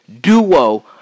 duo